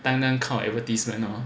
单单靠 advertisement hor